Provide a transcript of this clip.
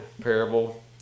parable